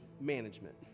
management